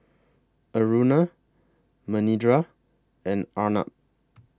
Aruna Manindra and Arnab